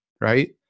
right